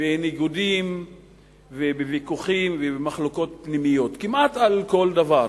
בניגודים ובוויכוחים ובמחלוקות פנימיות כמעט על כל דבר,